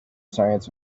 science